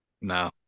No